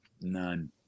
None